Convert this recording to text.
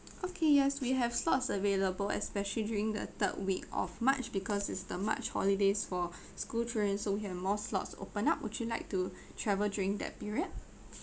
okay yes we have slots available especially during the third week of march because it's the march holidays for school children so we have more slots open up would you like to travel during that period